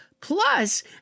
Plus